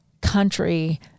country